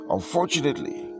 Unfortunately